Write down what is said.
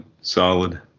Solid